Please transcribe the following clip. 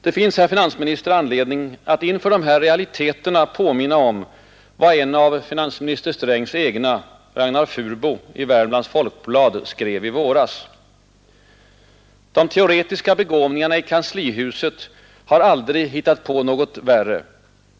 Det finns, herr finansminister, anledning att inför de här realiteterna påminna om vad en av finansminister Strängs egna — Ragnar Furbo i Värmlands Folkblad — skrev i våras: ”De teoretiska begåvningarna i kanslihuset har aldrig hittat på något värre.